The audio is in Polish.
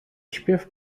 śpiew